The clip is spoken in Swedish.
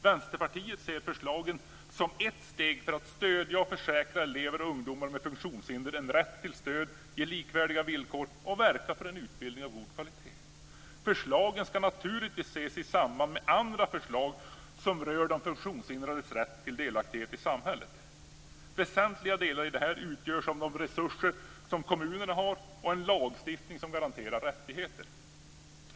Vänsterpartiet ser förslagen som ett steg mot att försäkra elever och ungdomar med funktionshinder en rätt till stöd, ge likvärdiga villkor och verka för en utbildning av god kvalitet. Förslagen ska naturligtvis ses i samband med andra förslag som rör de funktionshindrades rätt till delaktighet i samhället. Väsentliga delar i detta utgörs av de resurser som kommunerna har och en lagstiftning som garanterar rättigheter.